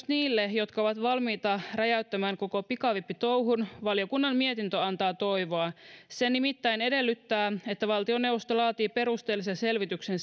niille jotka ovat valmiita räjäyttämään koko pikavippitouhun valiokunnan mietintö antaa toivoa se nimittäin edellyttää että valtioneuvosto laatii perusteellisen selvityksen